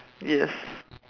yes